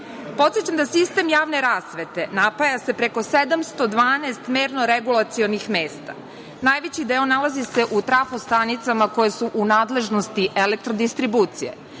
rasvetu. Podsećam da sistem javne rasvete napaja se preko 712 merno-regulacionih mesta. Najveći deo nalazi se u trafostanicama koje su u nadležnosti Elektrodistribucije.